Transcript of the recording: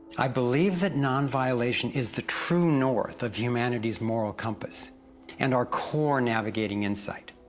i believe that non-violation is the true north of humanity's moral compass and our core navigating insight.